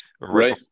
right